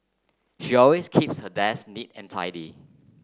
she always keeps her desk neat and tidy